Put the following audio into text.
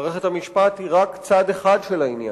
מערכת המשפט היא רק צד אחד של העניין,